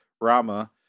Rama